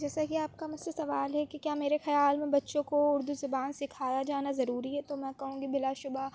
جیسا کہ آپ کا مجھ سے سوال ہے کہ کیا میرے خیال میں بچوں کو اُردو زبان سکھایا جانا ضروری ہے تو میں کہوں گی بلاشبہ